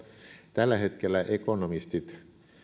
tällä hetkellä ekonomistit